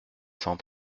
cent